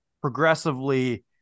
progressively